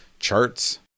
Charts